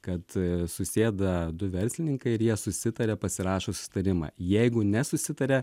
kad susėda du verslininkai ir jie susitaria pasirašo susitarimą jeigu nesusitaria